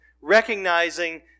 recognizing